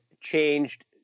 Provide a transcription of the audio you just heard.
changed